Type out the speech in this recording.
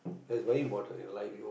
is very important in life you